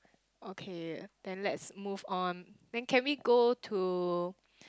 okay then let's move on then can we go to